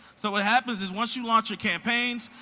so what happens is once you launch your campaigns,